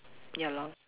ya lor